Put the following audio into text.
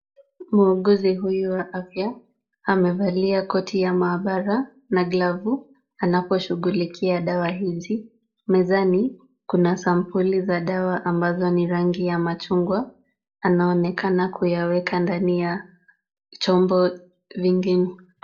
Muuguzi huyu wa afya amevalia koti ya maabara na glavu anaposhughulikia dawa hizi. Mezani kuna sampuli za dawa ambazo ni rangi ya machungwa. Anaonekana kuyaweka ndani ya chombo vingine.